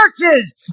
churches